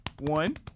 one